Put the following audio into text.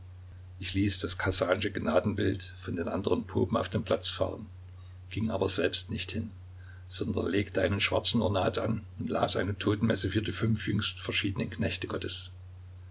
ich ließ das kasansche gnadenbild von den anderen popen auf den platz fahren ging aber selbst nicht hin sondern legte einen schwarzen ornat an und las eine totenmesse für die fünf jüngst verschiedenen knechte gottes